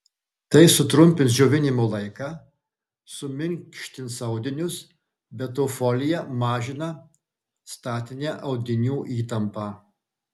tai sutrumpins džiovinimo laiką suminkštins audinius be to folija mažina statinę audinių įtampą